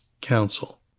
Council